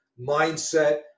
mindset